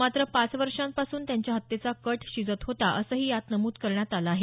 मात्र पाच वर्षांपासून त्यांच्या हत्येचा कट शिजत होता असंही यात नमूद करण्यात आलं आहे